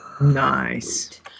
Nice